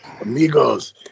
amigos